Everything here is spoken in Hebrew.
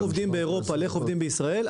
עובדים באירופה לאיך עובדים בישראל,